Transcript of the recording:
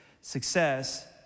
success